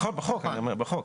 בחוק.